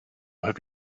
have